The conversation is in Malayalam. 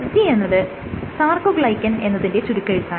SG എന്നത് സാർകോഗ്ലൈക്കൻ എന്നതിന്റെ ചുരുക്കെഴുത്താണ്